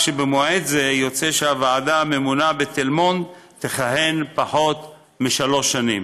ובמועד זה יוצא שהוועדה הממונה בתל מונד תכהן פחות משלוש שנים.